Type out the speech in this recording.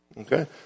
Okay